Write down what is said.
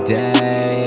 day